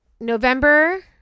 November